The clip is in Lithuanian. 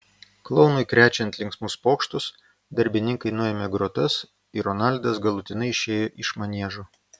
klounui krečiant linksmus pokštus darbininkai nuėmė grotas ir ronaldas galutinai išėjo iš maniežo